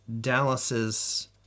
Dallas's